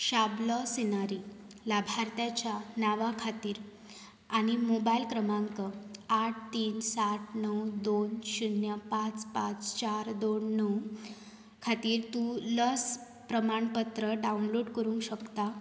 शाबलो सिनारी लाभार्थ्याच्या नांवा खातीर आनी मोबायल क्रमांक आठ तीन सात णव दोन शुन्य पांच पांच चार दोन णव खातीर तूं लस प्रमाणपत्र डावनलोड करूंक शकता